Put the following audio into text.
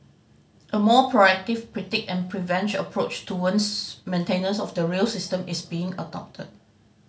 a more proactive predict and prevent approach towards maintenance of the rail system is being adopted